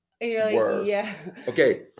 Okay